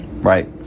right